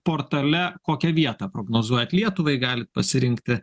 portale kokią vietą prognozuojat lietuvai galit pasirinkti